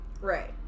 Right